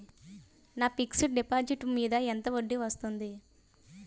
నా fixed deposit మీద ఎంత వడ్డీ వస్తుంది?